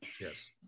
Yes